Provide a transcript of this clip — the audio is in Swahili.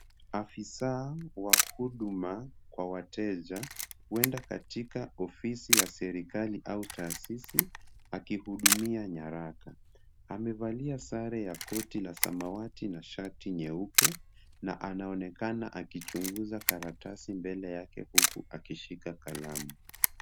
Afisa wa huduma kwa wateja huenda katika ofisi ya serikali au taasisi akihudumia nyaraka. Amevalia sare ya koti la samawati na shati nyeupe na anaonekana akichunguza karatasi mbele yake huku akishika kalamu.